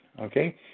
okay